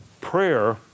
prayer